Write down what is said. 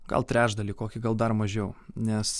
gal trečdalį kokį gal dar mažiau nes